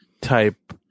type